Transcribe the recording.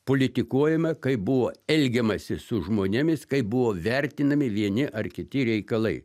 politikuojame kaip buvo elgiamasi su žmonėmis kaip buvo vertinami vieni ar kiti reikalai